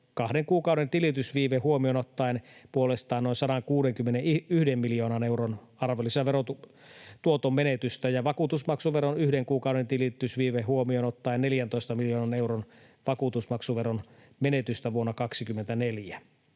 kuukauden tilitysviive huomioon ottaen puolestaan noin 161 miljoonan euron arvonlisäverotuoton menetystä ja vakuutusmaksuveron yhden kuukauden tilitysviive huomioon ottaen 14 miljoonan euron vakuutusmaksuveron menetystä vuonna 24.